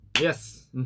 Yes